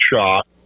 shot